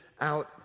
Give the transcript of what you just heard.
out